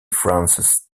frances